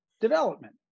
development